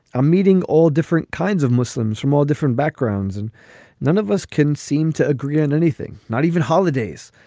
i'm meeting all different kinds of muslims from all different backgrounds. and none of us can seem to agree on anything. not even holidays.